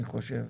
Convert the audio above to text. אני חושב.